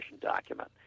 document